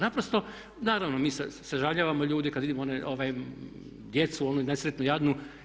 Naprosto, naravno mi sažalijevamo ljude kad vidimo djecu onu nesretnu, jadnu.